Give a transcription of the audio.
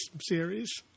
series